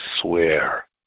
swear